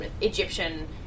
egyptian